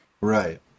Right